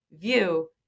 view